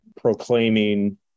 proclaiming